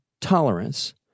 tolerance